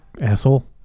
asshole